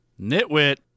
Nitwit